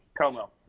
Como